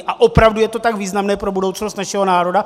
A opravdu je to tak významné pro budoucnost našeho národa?